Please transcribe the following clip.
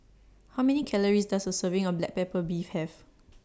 How Many Calories Does A Serving of Black Pepper Beef Have